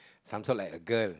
some sort like a girl